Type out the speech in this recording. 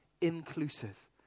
inclusive